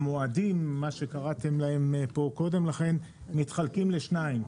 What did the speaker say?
קראתם להם המועדים מתחלקים לשניים.